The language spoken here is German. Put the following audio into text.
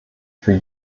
für